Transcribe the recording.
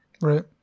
Right